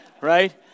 right